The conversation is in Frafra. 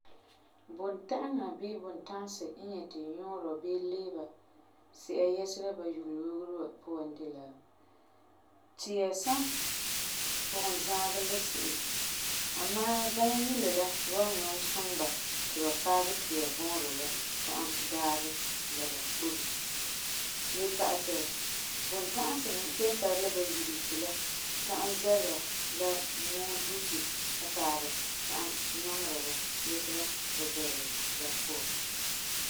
Bunta'aŋa bii buntã'asi nyuurɔ bii liiba si'a yɛsera ba yugeli wogero wa puan de la, tia san pugum zaagɛ la se'em amaa bãma yugela la wan nyaŋɛ suŋɛ ba ti ba paagɛ tia vuurɛ la ta'am daagɛ la ba obe. Le pa'asɛ, bunta'asi me kelum tara la ba yugelesi la ta'am zɛbera la muen dusi ba taaba ta'am nyagera ba yɛsera ba zɛberɛ la puan.